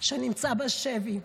שנמצא בשבי?